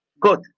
Good